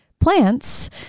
plants